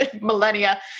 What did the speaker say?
millennia